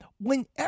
whenever